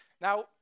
Now